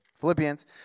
Philippians